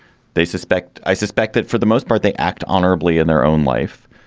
they suspect. i suspect that for the most part, they act honorably in their own life.